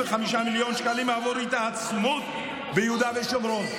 255 מיליון שקלים עבור התעצמות, ביהודה ושומרון.